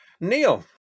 Neil